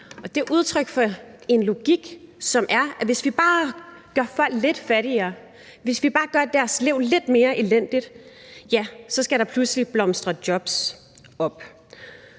er udtryk for en logik, som er, at hvis vi bare gør folk lidt fattigere, hvis vi bare gør deres liv lidt mere elendigt, ja, så skal der pludselig blomstre jobs op.